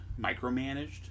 micromanaged